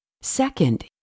Second